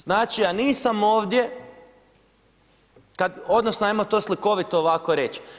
Znači ja nisam ovdje odnosno hajmo to slikovito ovako reći.